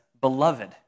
Beloved